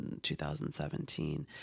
2017